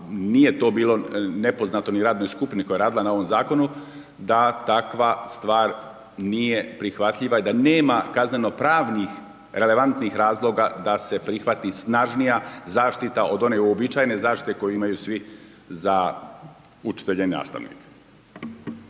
nije to bilo nepoznato ni radnoj skupini koja je radila na ovom zakonu, da takva stvar nije prihvatljiva i da nema kazneno-pravnih relevantnih razloga da se prihvati snažnija zaštita od one uobičajene zaštite koju imaju svi za učitelje i nastavnike.